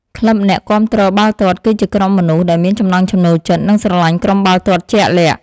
ក្លឹបអ្នកគាំទ្របាល់ទាត់ គឺជាក្រុមមនុស្សដែលមានចំណង់ចំណូលចិត្ត និងស្រលាញ់ក្រុមបាល់ទាត់ជាក់លាក់។